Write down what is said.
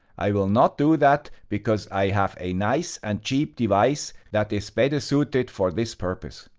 i will not do that because i have a nice and cheap device that is better suited for this purpose.